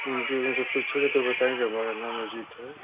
उन सभी से पूछेंगे तो बताएँगे हमारा नाम अजीत है